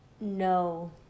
no